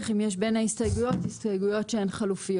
אם יש בין ההסתייגויות הסתייגויות שהן חלופיות.